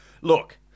Look